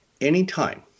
Anytime